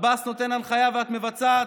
עבאס נותן הנחיה ואת מבצעת?